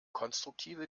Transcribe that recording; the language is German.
konstruktive